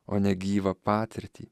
o ne gyvą patirtį